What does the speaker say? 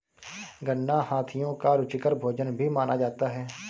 गन्ना हाथियों का रुचिकर भोजन भी माना जाता है